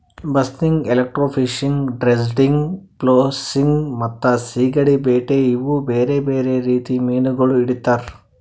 ಬಸ್ನಿಗ್, electrofishing, dredging, flossing ಮತ್ತ ಸೀಗಡಿ ಬೇಟೆ ಇವು ಬೇರೆ ಬೇರೆ ರೀತಿ ಮೀನಾಗೊಳ್ ಹಿಡಿತಾರ್